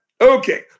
Okay